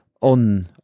on